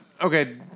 okay